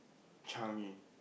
Changi